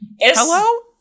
Hello